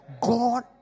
god